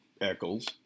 Eccles